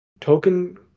token